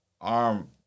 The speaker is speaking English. arm